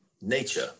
nature